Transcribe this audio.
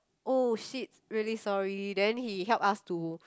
!oh shit! really sorry then he help us to